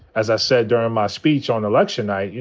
as i said during my speech on election night, you